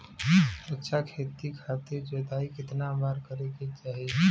अच्छा खेती खातिर जोताई कितना बार करे के चाही?